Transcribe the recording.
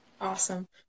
Awesome